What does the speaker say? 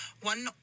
one